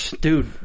dude